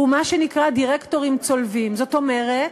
הוא מה שנקרא דירקטורים צולבים, זאת אומרת,